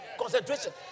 concentration